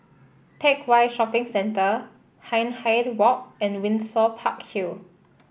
Teck Whye Shopping Centre Hindhede Walk and Windsor Park Hill